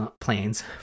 planes